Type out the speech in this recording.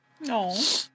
No